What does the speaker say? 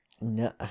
no